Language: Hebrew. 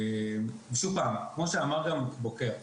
שוב פעם, כמו שאמר רן בוקר.